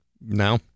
No